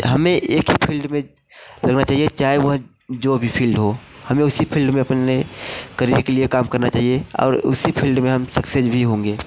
हमें एक ही फील्ड में जाना चाहिए चाहे वह जो भी फील्ड हो हमें उसी फील्ड में अपने करियर के लिए काम करना चाहिए और उसी फील्ड में हम सक्सेज़ भी होंगे